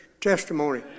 testimony